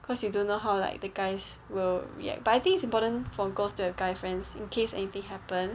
cause you don't know how like the guys will react but I think it's important for girls to have guy friends in case anything happens